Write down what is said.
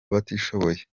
abatishoboye